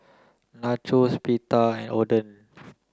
Nachos Pita and Oden